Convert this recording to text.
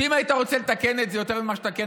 אם היית רוצה לתקן את זה יותר ממה שאתה מתקן